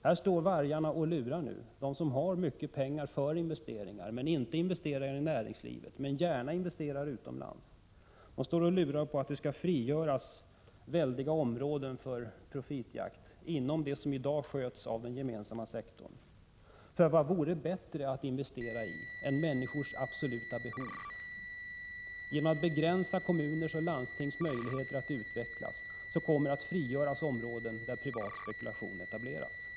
Här står vargarna och lurar nu, de som har mycket pengar för investeringar men inte investerar i näringslivet men gärna utomlands. De står och lurar på att det skall frigöras väldiga områden för profitjakt inom det som i dag sköts av den gemensamma sektorn. För vad vore bättre att investera i än människors absoluta behov? Genom att begränsa kommunernas och landstingens möjligheter att utvecklas kommer områden att frigöras där privat spekulation etableras.